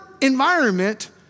environment